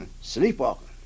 Sleepwalking